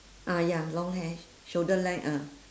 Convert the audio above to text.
ah ya long hair shoulder length ah